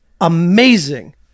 amazing